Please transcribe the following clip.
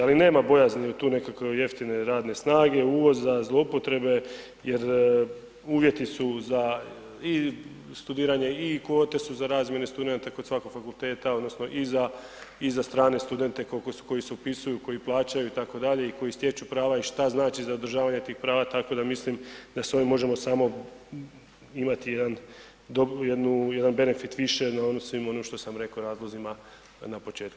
Ali nema bojazni od tu nekakve jeftine radne snage, uvoza, zloupotrebe jer uvjeti su za i studiranje i kvote su za razmjene studenata kod svakog fakulteta odnosno i za strane studente koji se upisuju koji plaćaju itd. i koji stječu prava i šta znači zadržavanje tih prava, tako da mislim da s ovim možemo samo imati jedan benefit više na … ono to sam rekao razlozima na početku.